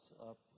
up